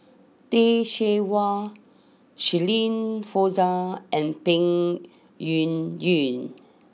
Teh Cheang Wan Shirin Fozdar and Peng Yuyun